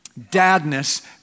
dadness